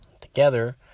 together